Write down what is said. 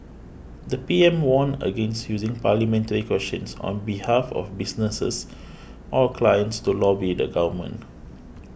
the P M warned against using parliamentary questions on behalf of businesses or clients to lobby the government